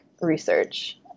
research